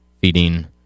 feeding